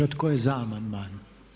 Tko je za amandman?